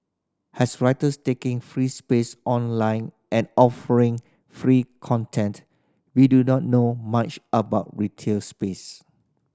as writers taking free space online and offering free content we do not know much about retail space